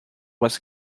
was